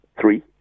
three